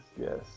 yes